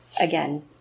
again